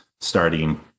starting